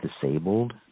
disabled